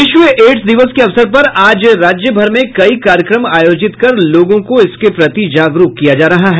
विश्व एड्स दिवस के अवसर पर आज राज्यभर में कई कार्यक्रम आयोजित कर लोगों को इसके प्रति जागरूक किया जा रहा है